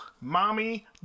Mommy